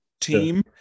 team